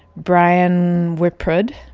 brian wiprud,